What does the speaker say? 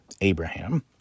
Abraham